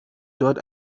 dort